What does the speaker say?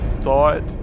thought